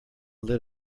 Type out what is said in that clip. lit